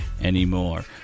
anymore